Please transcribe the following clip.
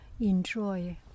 Enjoy